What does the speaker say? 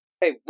hey